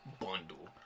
bundle